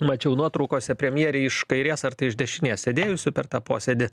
mačiau nuotraukose premjerei iš kairės ar iš dešinės sėdėjusiu per tą posėdį